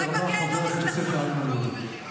הדובר הבא, חבר הכנסת איימן עודה.